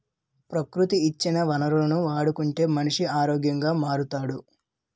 ప్రకృతి ఇచ్చే వనరులను వాడుకుంటే మనిషి ఆరోగ్యంగా మారుతాడు